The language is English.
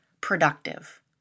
productive